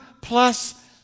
plus